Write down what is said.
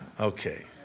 Okay